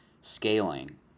scaling